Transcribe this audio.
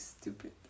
stupid